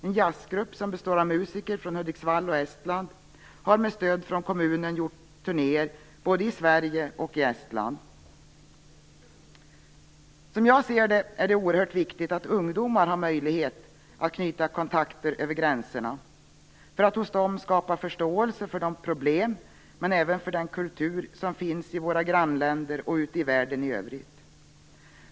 En jazzgrupp som består av musiker från Hudiksvall och Estland har med stöd från kommunen gjort turnéer både i Sverige och i Estland. Jag anser att det är oerhört viktigt att ungdomar har möjlighet att knyta kontakter över gränserna. Detta skapar förståelse hos dem för de problem och den kultur som finns i våra grannländer och ute i världen i övrigt.